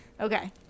okay